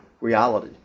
reality